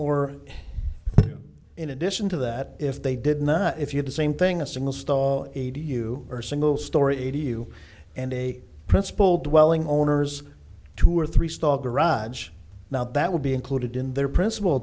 or in addition to that if they did not if you had the same thing a single star eighty you are single story you and a principal dwelling owners two or three star garage now that would be included in their principal